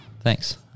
thanks